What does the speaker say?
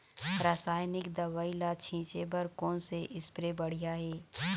रासायनिक दवई ला छिचे बर कोन से स्प्रे बढ़िया हे?